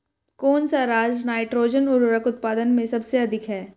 कौन सा राज नाइट्रोजन उर्वरक उत्पादन में सबसे अधिक है?